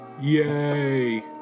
Yay